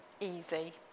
easy